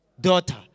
daughter